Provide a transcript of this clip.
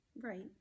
Right